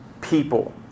people